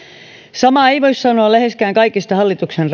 samaa ei voi sanoa läheskään kaikista hallituksen